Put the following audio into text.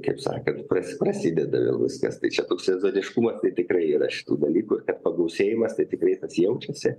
kaip sakėt prasi prasideda vėl viskas tai čia toks sezoniškumo tai tikrai yra šitų dalykų ir kad pagausėjimas tai tikrai tas jaučiasi